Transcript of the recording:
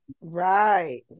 Right